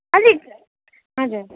अलिक हजुर